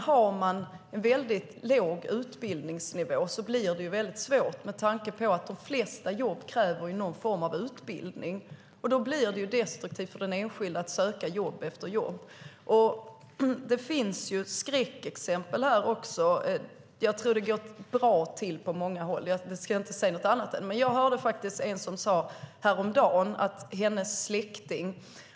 Har man låg utbildningsnivå blir det dock väldigt svårt, med tanke på att de flesta jobb kräver någon form av utbildning. Då blir det destruktivt för den enskilde att söka jobb efter jobb. Även om jag tror att det går bra till på många håll - jag ska inte säga något annat - finns det skräckexempel. Jag hörde häromdagen en kvinna som berättade om sin släkting.